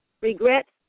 regrets